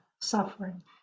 suffering